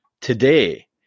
today